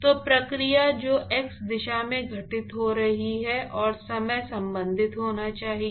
तो प्रक्रिया जो x दिशा में घटित हो रही है और समय संबंधित होना चाहिए